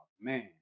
Man